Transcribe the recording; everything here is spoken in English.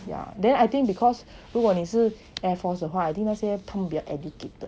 yeah then I think because 如果你是 air force 的话 I think 那些 pull their educator